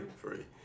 Free